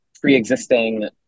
pre-existing